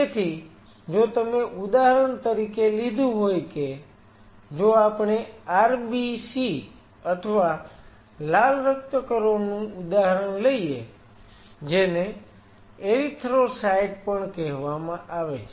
તેથી જો તમે ઉદાહરણ તરીકે લીધું હોય કે જો આપણે RBC અથવા લાલ રક્તકણોનું ઉદાહરણ લઈએ જેને એરિથ્રોસાઈટ્સ પણ કહેવામાં આવે છે